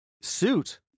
suit